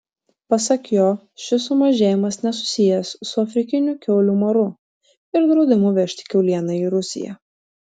pasak jo šis sumažėjimas nesusijęs su afrikiniu kiaulių maru ir draudimu vežti kiaulieną į rusiją